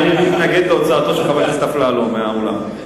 אני מתנגד להוצאתו של חבר הכנסת אפללו מהאולם.